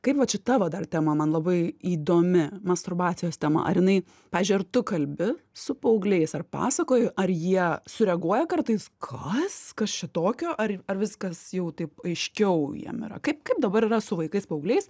kaip vat šita va dar tema man labai įdomi masturbacijos tema ar jinai pavyzdžiui ar tu kalbi su paaugliais ar pasakoji ar jie sureaguoja kartais kas kas čia tokio ar ar viskas jau taip aiškiau jiem yra kaip kaip dabar yra su vaikais paaugliais